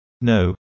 No